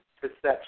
perception